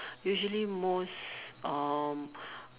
usually most um